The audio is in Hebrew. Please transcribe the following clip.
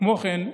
כמו כן,